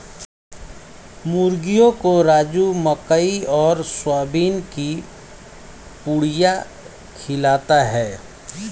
मुर्गियों को राजू मकई और सोयाबीन की पुड़िया खिलाता है